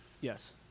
Yes